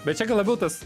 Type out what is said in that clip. bet čia gal labiau tas